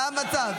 כן, זה המצב.